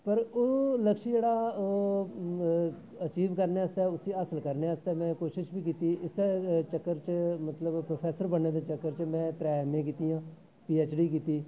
पर ओह् लक्ष्य जेह्ड़ा हा ओह् अचीव करने आस्तै उसी हासिल करने आस्तै कोशिश बी कीती इस्सै चक्कर च मतलब प्रोफेसर बनने दे चक्कर च मैं त्रै एम ए कीतियां पीएचडी कीती